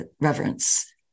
reverence